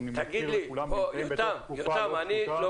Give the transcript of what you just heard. שאלה.